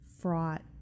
fraught